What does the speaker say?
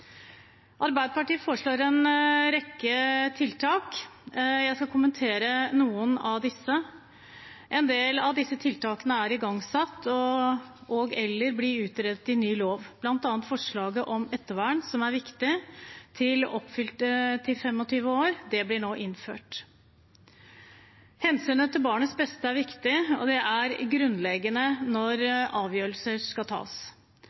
Arbeiderpartiet foreslår en rekke tiltak. Jeg skal kommentere noen av disse. En del av disse tiltakene er igangsatt og/eller blir utredet i ny lov, bl.a. forslaget om ettervern – som er viktig – til 25 år. Det blir nå innført. Hensynet til barnets beste er viktig, og det er grunnleggende når avgjørelser skal tas.